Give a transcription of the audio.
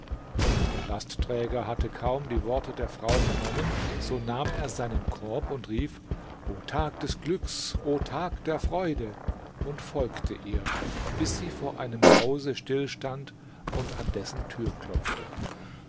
der lastträger hatte kaum die worte der frau vernommen so nahm er seinen korb und rief o tag des glücks o tag der freude und folgte ihr bis sie vor einem hause still stand und an dessen tür klopfte